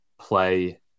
play